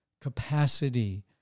Capacity